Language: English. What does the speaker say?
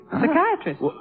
Psychiatrist